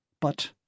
But